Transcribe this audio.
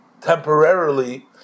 temporarily